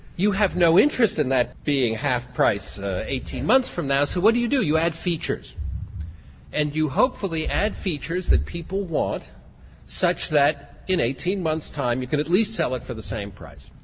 you have no interest in that being half price in ah eighteen months from now so what do you do you add features and you hopefully add features that people want such that in eighteen months time you can at least sell it for the same price.